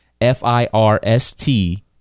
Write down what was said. F-I-R-S-T